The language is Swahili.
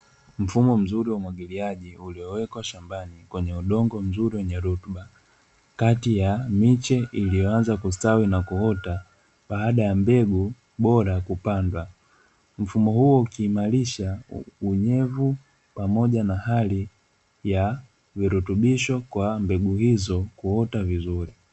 Mfumo mzuri wa umwagiliaji uliowekwa shambani kwenye udongo mzuri wenye rutuba, kati ya miche iliyoanza kustawi na kuota baada ya mbegu bora kupandwa. Mfumo huu ukiimarisha unyevu pamoja na hali ya virutubisho kwa mbegu hizo kuota vizuri.